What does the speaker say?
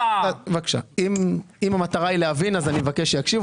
אם המטרה היא להבין, אני מבקש שיקשיבו.